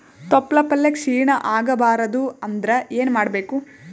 ತೊಪ್ಲಪಲ್ಯ ಕ್ಷೀಣ ಆಗಬಾರದು ಅಂದ್ರ ಏನ ಮಾಡಬೇಕು?